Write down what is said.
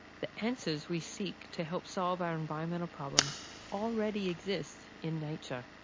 the answers we seek to help solve our environmental problems already exist in nature,